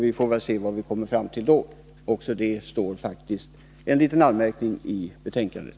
Vi får se vad vi kommer fram till då. Även om detta står det faktiskt en liten anmärkning i betänkandet.